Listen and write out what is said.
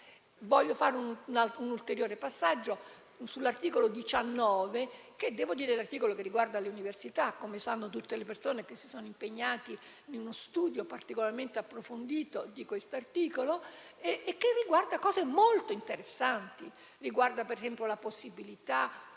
Voglio fare un ulteriore passaggio sull'articolo 19, che riguarda l'università - come sanno tutte le persone che si sono impegnate in uno studio particolarmente approfondito di questo articolo - e contiene norme molto interessanti. Riguarda - per esempio - la possibilità,